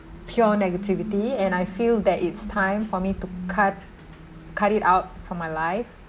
pure negativity and I feel that it's time for me to cut cut it out from my life